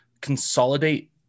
consolidate